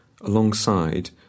alongside